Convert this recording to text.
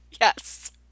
Yes